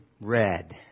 red